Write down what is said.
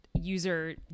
user